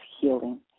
healing